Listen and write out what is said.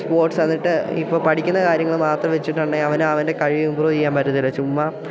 sports വന്നിട്ട് ഇപ്പോൾ പഠിക്കുന്ന കാര്യങ്ങൾ മാത്രം വച്ചിട്ടുണ്ടെങ്കിൽ അവന് അവൻ്റെ കഴിവ് ഇമ്പ്രൂവ് ചെയ്യാൻ പറ്റില്ല ചുമ്മാ